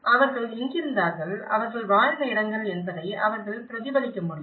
அவர்கள் எங்கிருந்தார்கள் அவர்கள் வாழ்ந்த இடங்கள் என்பதை அவர்கள் பிரதிபலிக்க முடியும்